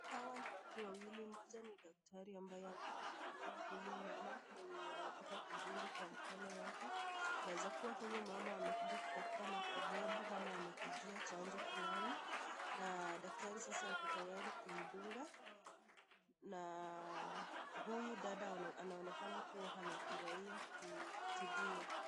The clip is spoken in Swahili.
Hawa ni watu wawili, mmoja ni daktari ambaye anamhudumia huyu mama, mwenye anataka kudungwa kwa mkono yake, inawezakuwa huyu mama amekuja kutafuta matibabu ama amekujia chanjo fulani, na daktari sasa ako tayari kumdunga, na huyu dada anaonekana kuwa anafurahia kutibiwa.